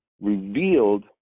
revealed